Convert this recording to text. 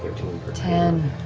ten.